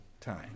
time